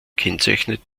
kennzeichnet